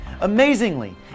Amazingly